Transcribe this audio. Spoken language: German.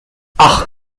ach